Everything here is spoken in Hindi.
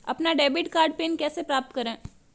अपना डेबिट कार्ड पिन कैसे प्राप्त करें?